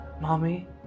mommy